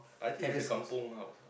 I think is a kampung house ah